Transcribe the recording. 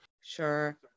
Sure